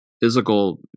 physical